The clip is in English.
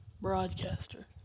broadcaster